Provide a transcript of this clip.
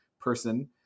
person